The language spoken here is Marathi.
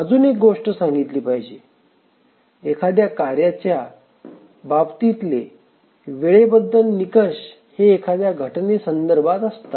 अजून एक गोष्ट सांगितली पाहिजे एखाद्या कार्याच्या बाबतीतले वेळेबद्दल निकष हे एखाद्या घटनेसंदर्भात असतात